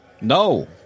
No